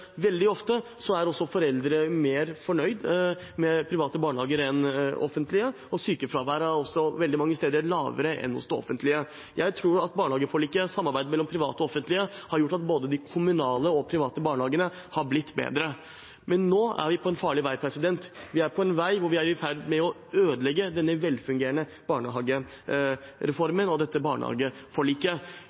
veldig ofte er også foreldre mer fornøyd med private barnehager enn med offentlige, og sykefraværet er også veldig mange steder lavere der enn hos det offentlige. Jeg tror at barnehageforliket, samarbeidet mellom private og offentlige, har gjort at både de kommunale og private barnehagene er blitt bedre. Men nå er vi på en farlig vei. Vi er på en vei hvor vi er i ferd med å ødelegge denne velfungerende barnehagereformen og dette barnehageforliket.